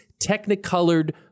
technicolored